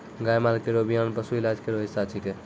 गाय माल केरो बियान पशु इलाज केरो हिस्सा छिकै